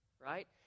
right